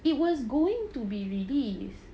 it was going to be released